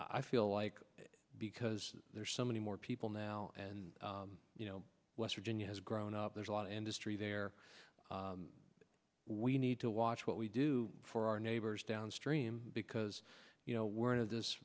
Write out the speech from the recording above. i feel like because there's so many more people now and you know west virginia has grown up there's a lot and history there we need to watch what we do for our neighbors downstream because you know we're into this